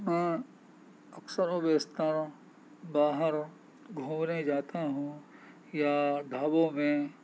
ہاں اکثروبیشتر باہر گھومنے جاتا ہوں یا ڈھابوں میں